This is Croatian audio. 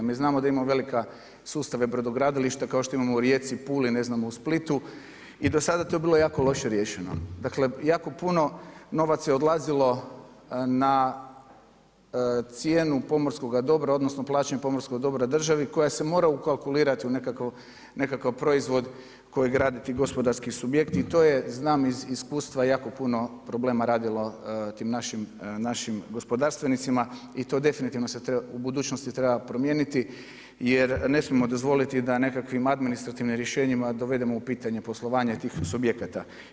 Mi znamo da imamo velike sustave, brodogradilišta kao što imamo u Rijeci, Puli, Splitu i do sada je to bilo jako loše riješeno, dakle jako puno novaca je odlazilo na cijenu pomorskoga dobra odnosno plaćanja pomorskog dobra državi koja se mora ukalkulirati u nekakav proizvodi koji graditi gospodarski subjekt i to je znam iz iskustva jako puno problema radilo tim našim gospodarstvenicima i to se u budućnosti definitivno treba promijeniti jer ne smijemo dozvoliti da nekakvim administrativnim rješenjima dovedemo u pitanje poslovanje tih subjekata.